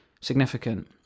significant